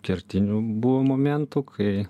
kertinių buvo momentų kai